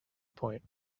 point